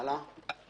הלאה.